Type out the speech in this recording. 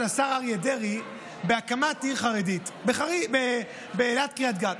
השר אריה דרעי להקמת עיר חרדית ליד קריית גת.